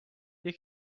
you